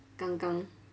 刚刚